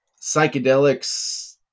psychedelics